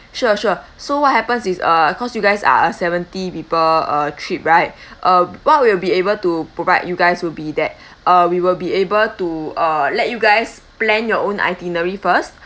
okay sure sure so what happens is uh because you guys are a seventy people uh trip right uh what we'll be able to provide you guys would be that uh we will be able to uh let you guys plan your own itinerary first